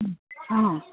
অঁ